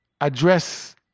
address